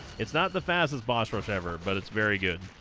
it's not the fastest boss rush ever but it's very good